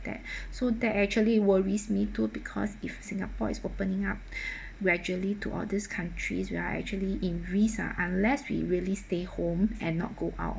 that so that actually worries me too because if singapore is opening up gradually to all these countries we are actually in risk ah unless we really stay home and not go out